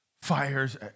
fires